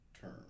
term